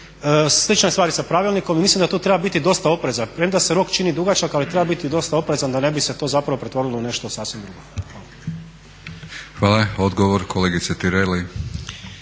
Slična je stvar i sa pravilnikom i mislim da tu treba biti dosta oprezan, premda se rok čini dugačak ali treba biti dosta oprezan da ne bi se to zapravo pretvorilo u nešto sasvim drugo. Hvala. **Batinić, Milorad